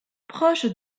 proche